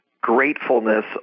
gratefulness